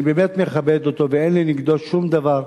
באמת מכבד אותו ואין לי נגדו שום דבר,